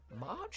March